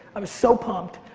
um so pumped,